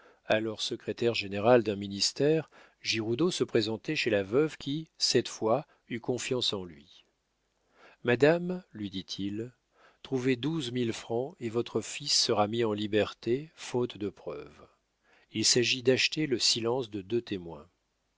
alors secrétaire général d'un ministère giroudeau se présentait chez la veuve qui cette fois eut confiance en lui madame lui dit-il trouvez douze mille francs et votre fils sera mis en liberté faute de preuves il s'agit d'acheter le silence de deux témoins